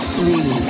three